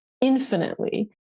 infinitely